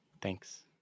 Thanks